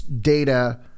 data